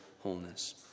wholeness